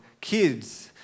kids